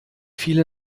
viele